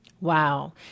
Wow